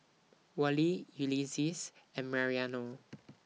Wally Ulises and Mariano